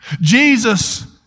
Jesus